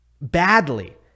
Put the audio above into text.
badly